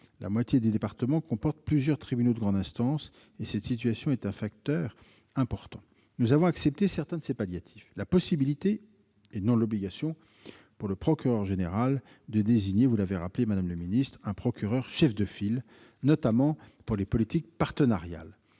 La moitié des départements comportent plusieurs tribunaux de grande instance, et cette situation est un facteur important. Nous avons accepté certains de ces palliatifs : d'une part, la possibilité, et non l'obligation, pour le procureur général de désigner, vous l'avez rappelé, madame la ministre, un procureur chef de file, notamment pour les politiques partenariales,